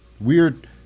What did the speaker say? Weird